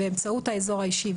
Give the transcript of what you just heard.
באמצעות האזור האישי,